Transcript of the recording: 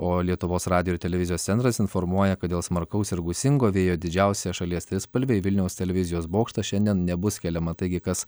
o lietuvos radijo ir televizijos centras informuoja kad dėl smarkaus ir gūsingo vėjo didžiausią šalies trispalvė į vilniaus televizijos bokštą šiandien nebus keliama taigi kas